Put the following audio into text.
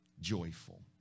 joyful